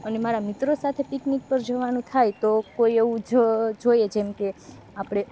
અને મારાં મિત્રો સાથે પિકનિક પર જવાનું થાય તો કોઈ એવું જોઈએ જેમ કે આપણે